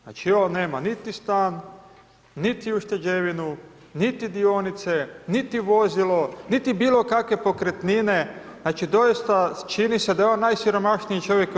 Znači on nema niti stan, niti ušteđevinu, niti dionice, niti vozilo, niti bilo kakve pokretnine, znači doista čini se da je on najsiromašniji čovjek u RH.